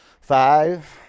five